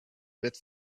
bit